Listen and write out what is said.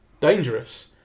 dangerous